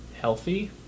healthy